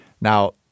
Now